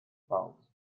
valt